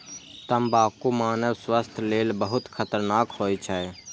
तंबाकू मानव स्वास्थ्य लेल बहुत खतरनाक होइ छै